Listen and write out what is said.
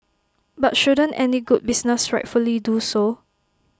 but shouldn't any good business rightfully do so